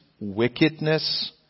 wickedness